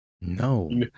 No